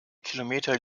kilometer